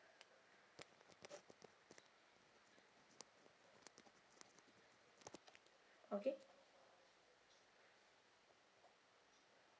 okay